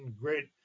great